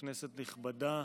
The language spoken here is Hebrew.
כנסת נכבדה,